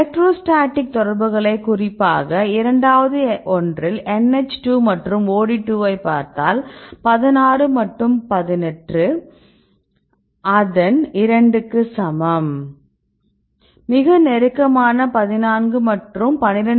electrostatic தொடர்புகளை குறிப்பாக இரண்டாவது ஒன்றில் NH2 மற்றும் OD2 ஐப் பார்த்தால் 16 மற்றும் 18 அதன் 2 க்கு சமம் மிக நெருக்கமான 14 மற்றும் 12